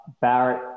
Barrett